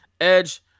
Edge